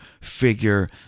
figure